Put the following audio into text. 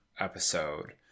episode